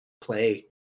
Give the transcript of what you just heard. play